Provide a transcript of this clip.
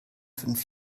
fünf